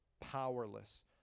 powerless